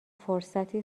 فرصتی